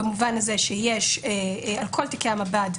במובן הזה שיש דיווחים על כל תיקי המב"ד.